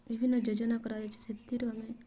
ବିଭିନ୍ନ ଯୋଜନା କରାଯାଉଛି ସେଥିରୁ ଆମେ